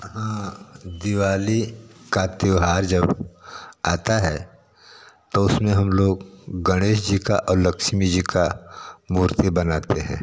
हाँ दिवाली का त्यौहार जब आता है तो उसमें हम लोग गणेश जी का और लक्ष्मी जी का मूर्ति बनाते हैं